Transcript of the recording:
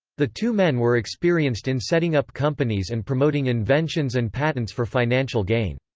the two men were experienced in setting up companies and promoting inventions and patents for financial gain.